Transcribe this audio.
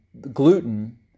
gluten